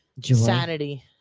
Sanity